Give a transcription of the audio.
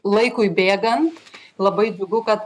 laikui bėgant labai džiugu kad